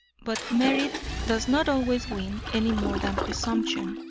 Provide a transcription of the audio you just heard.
but merit does not always win, any more than presumption.